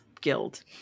guild